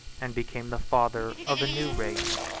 and became the father of a new race.